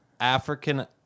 African